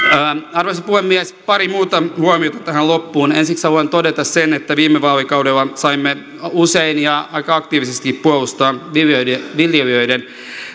arvoisa puhemies pari muuta huomiota tähän loppuun ensiksi haluan todeta sen että viime vaalikaudella saimme usein ja aika aktiivisesti puolustaa viljelijöiden viljelijöiden